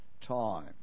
Time